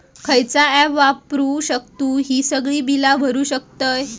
खयचा ऍप वापरू शकतू ही सगळी बीला भरु शकतय?